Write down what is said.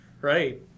Right